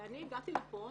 הגעתי לפה